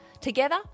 Together